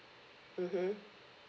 mmhmm